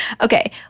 Okay